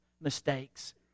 mistakes